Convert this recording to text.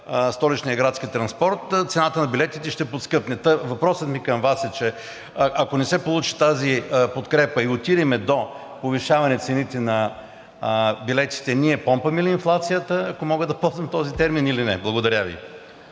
Столичният градски транспорт, цената на билетите ще поскъпне. Въпросът ми към Вас е, че ако не се получи тази подкрепа и отидем до повишаване цените на билетите, ние помпаме ли инфлацията, ако мога да ползвам този термин, или не? Благодаря Ви.